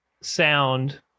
sound